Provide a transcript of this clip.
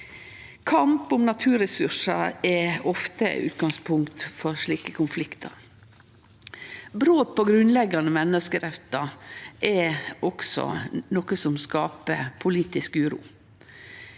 Kamp om naturressursar er ofte eit utgangspunkt for slike konfliktar. Brot på grunnleggjande menneskerettar er også noko som skapar politisk uro.